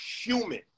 human